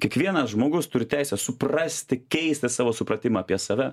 kiekvienas žmogus turi teisę suprasti keistą savo supratimą apie save